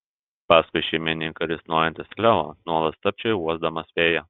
paskui šeimininką risnojantis leo nuolat stabčiojo uosdamas vėją